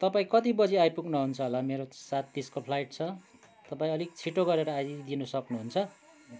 तपाईँ कति बजी आइपुग्नुहुन्छ होला मेरो सात तिसको फ्लाइट छ तपाईँ अलिक छिटो गरेर आइदिनु सक्नुहुन्छ